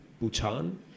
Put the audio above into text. Bhutan